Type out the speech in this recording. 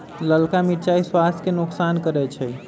ललका मिरचाइ स्वास्थ्य के नोकसान करै छइ